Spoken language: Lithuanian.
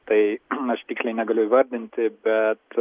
tai aš tiksliai negaliu įvardinti bet